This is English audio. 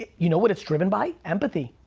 you know what it's driven by? empathy,